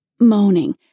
Moaning